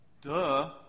Duh